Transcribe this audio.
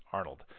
Arnold